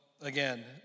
again